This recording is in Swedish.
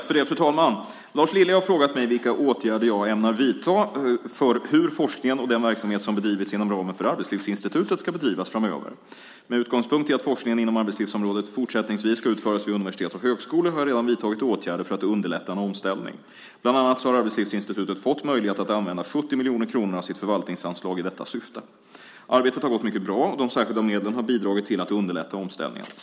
Fru talman! Lars Lilja har frågat mig vilka åtgärder jag ämnar vidta för hur forskningen och den verksamhet som bedrivits inom ramen för Arbetslivsinstitutet ska bedrivas framöver. Med utgångspunkt i att forskning inom arbetslivsområdet fortsättningsvis ska utföras vid universitet och högskolor har jag redan vidtagit åtgärder för att underlätta en omställning. Bland annat har Arbetslivsinstitutet fått möjlighet att använda 70 miljoner kronor av sitt förvaltningsanslag i detta syfte. Arbetet har gått mycket bra, och de särskilda medlen har bidragit till att underlätta omställningen.